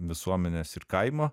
visuomenės ir kaimo